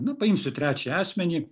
nu paimsiu trečią asmenį